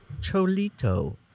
Cholito